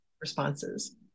responses